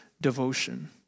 devotion